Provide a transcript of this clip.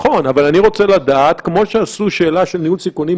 זאת שאלה אחת.